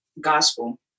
Gospel